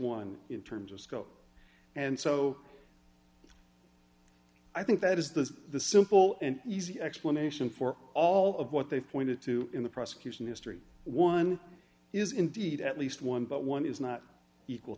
one in terms of scope and so i think that is the simple and easy explanation for all of what they've pointed to in the prosecution history one is indeed at least one but one is not equal